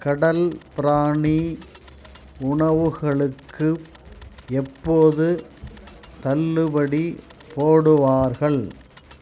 கடல் பிராணி உணவுகளுக்கு எப்போது தள்ளுபடி போடுவார்கள்